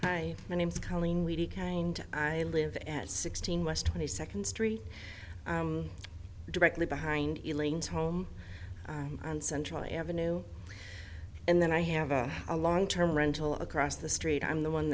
hi my name's colleen levy kind i live and sixteen west twenty second street directly behind elaine's home on central avenue and then i have a a long term rental across the street i'm the one